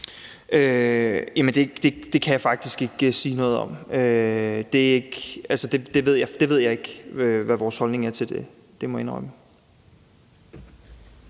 Det kan jeg faktisk ikke sige noget om. Jeg ved ikke, hvad vores holdning er til det, må jeg indrømme.